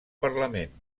parlament